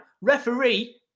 referee